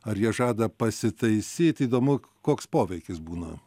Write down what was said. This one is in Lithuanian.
ar jie žada pasitaisyt įdomu koks poveikis būna